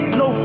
no